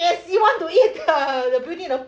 yes you want to eat the the beauty in a